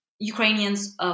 Ukrainians